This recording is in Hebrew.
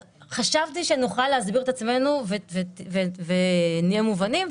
חשבתי שנוכל להסביר את עצמנו ונהיה מובנים,